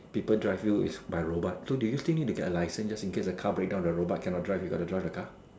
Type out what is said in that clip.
people drive you is by robot so do you still need to get a license just in case the car break down the robot can not drive you got to drive the car